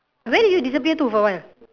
where did you disappear to for a while